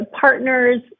partners